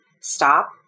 stop